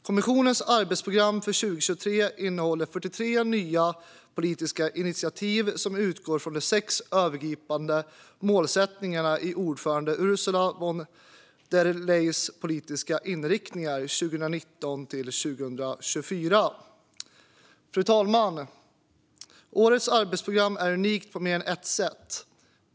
Kommissionens arbetsprogram för 2023 innehåller 43 nya politiska initiativ som utgår från de sex övergripande målsättningarna i ordförande Ursula von der Leyens politiska inriktningar 2019-2024. Fru talman! Årets arbetsprogram är unikt på mer än ett sätt.